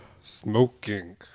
Smoking